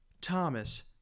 Thomas